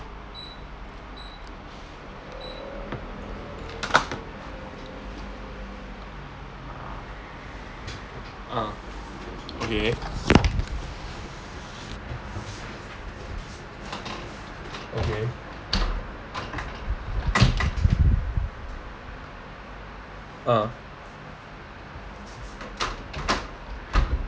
uh okay okay uh